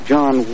John